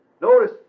Notice